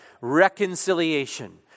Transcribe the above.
reconciliation